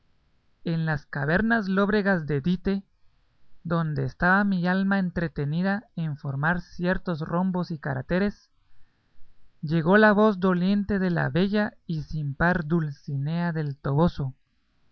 en las cavernas lóbregas de dite donde estaba mi alma entretenida en formar ciertos rombos y caráteres llegó la voz doliente de la bella y sin par dulcinea del toboso